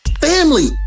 Family